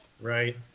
Right